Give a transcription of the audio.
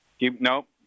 Nope